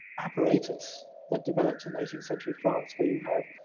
apparatus that developed in eighteenth century france where you have,